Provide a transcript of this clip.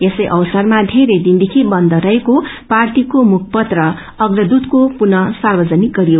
यसै अवसरमा धेरै दिनदेखि बन्द रहेको पार्टीको मूखपत्र अप्रदूतको पुनः सार्वजनिक गरियो